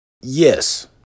Yes